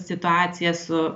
situaciją su